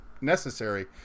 necessary